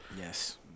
Yes